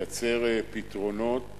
לייצר פתרונות